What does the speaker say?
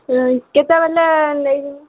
ହଁ କେତେବେଳେ ନେଇଯିବି